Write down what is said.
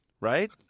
right